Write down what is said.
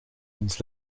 ons